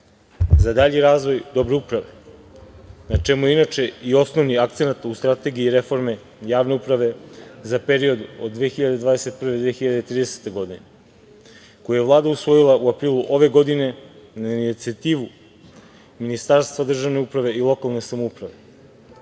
za dalji razvoj dobre uprave, na čemu je inače, i osnovni akcenat na Strategiji reforme javne uprave za period od 2021/2030. godine, koji je Vlada usvojila u aprilu ove godine na inicijativu Ministarstva državne uprave i lokalne samouprave.